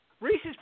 Reese's